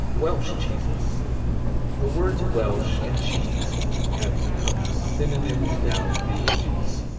welsh cheeses the words welsh and cheese have become synonyms down the ages.